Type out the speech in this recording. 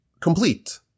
complete